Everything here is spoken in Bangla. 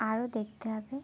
আরও দেখতে হবে